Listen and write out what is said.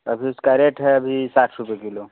अभी उसका रेट है अभी साठ रुपये किलो